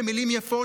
במילים יפות,